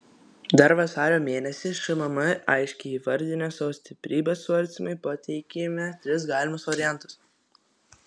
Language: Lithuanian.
dar vasario mėnesį šmm aiškiai įvardinę savo stiprybes svarstymui pateikėme tris galimus variantus